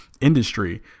industry